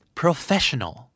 professional